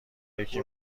یکی